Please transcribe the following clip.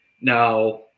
now